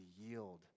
yield